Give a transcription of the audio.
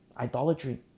Idolatry